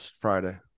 Friday